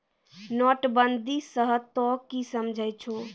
नोटबंदी स तों की समझै छौ